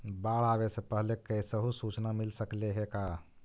बाढ़ आवे से पहले कैसहु सुचना मिल सकले हे का?